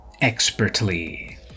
expertly